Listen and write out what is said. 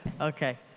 Okay